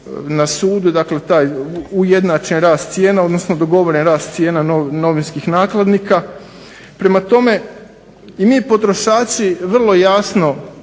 na sudu. Dakle taj dogovoren rast cijena novinskih nakladnika. Prema tome, i mi potrošači vrlo jasno